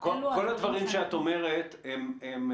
אינה, כל הדברים שאת אומר הם חשובים.